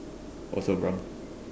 also brown